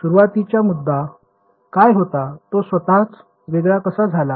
सुरुवातीचा मुद्दा काय होता तो स्वतःच वेगळा कसा झाला